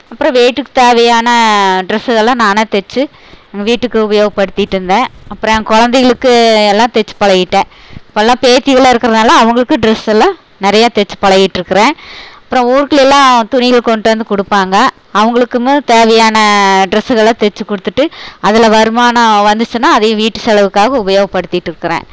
அப்புறோம் வீட்டுக்குத் தேவையான ட்ரெஸ்ஸுகள்லாம் நானாக தச்சு எங்கள் வீட்டுக்கு உபயோகப்படுத்திகிட்டு இருந்தேன் அப்புறோம் ஏ குழந்தைகளுக்கு எல்லாம் தச்சு பழகிகிட்டேன் இப்போலாம் பேத்திகளாக இருக்கிறதுனால அவங்களுக்கு ட்ரெஸ் எல்லாம் நிறையா தச்சு பழகிட்டு இருக்கிறேன் அப்போறோம் ஊருக்குள்ளேலாம் துணிகள் கொண்ட்டு வந்து கொடுப்பாங்க அவங்களுக்குமும் தேவையான ட்ரெஸ்ஸுகளை தச்சு கொடுத்துட்டு அதில் வருமானம் வந்துச்சின்னா அதையும் வீட்டு செலவுக்காக உபயோகப்படுத்திகிட்டு இருக்கிறேன்